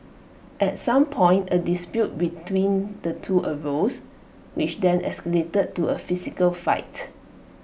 at some point A dispute between the two arose which then escalated to A physical fight